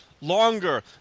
longer